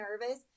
nervous